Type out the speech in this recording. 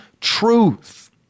truth